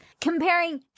Comparing